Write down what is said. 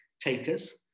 takers